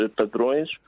padrões